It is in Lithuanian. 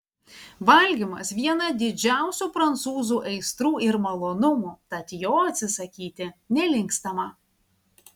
valgymas viena didžiausių prancūzų aistrų ir malonumų tad jo atsisakyti nelinkstama